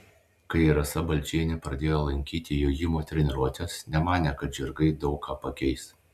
kai rasa balčienė pradėjo lankyti jojimo treniruotes nemanė kad žirgai daug ką pakeis